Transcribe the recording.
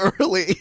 early